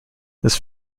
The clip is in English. this